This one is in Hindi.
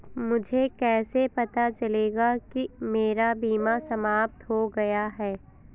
मुझे कैसे पता चलेगा कि मेरा बीमा समाप्त हो गया है?